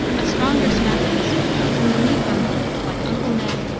a stronger smack of the soil is in the negro melodies like uncle ned,